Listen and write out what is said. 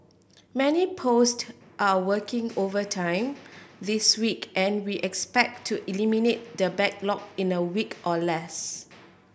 many post are working overtime this week and we expect to eliminate the backlog in a week or less